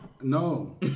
No